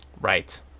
Right